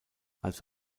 als